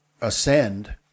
ascend